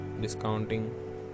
Discounting